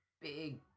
big